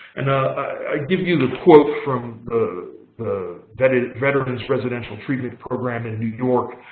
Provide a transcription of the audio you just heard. and i give you the quote from the veterans veterans residential treatment program in new york.